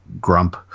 grump